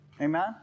Amen